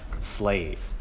slave